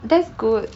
that's good